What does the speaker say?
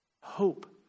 hope